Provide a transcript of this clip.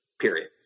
Period